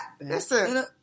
listen